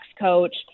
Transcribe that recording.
coach